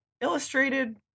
illustrated